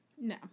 No